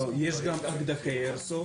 לא, יש גם אקדחי איירסופט,